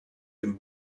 dem